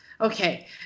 Okay